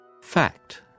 Fact